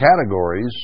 categories